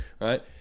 right